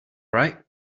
right